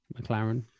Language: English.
McLaren